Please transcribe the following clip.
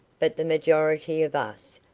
but the majority of us,